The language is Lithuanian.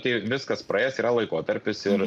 tai viskas praėjęs yra laikotarpis ir